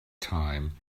time